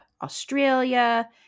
Australia